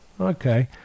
Okay